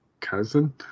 cousin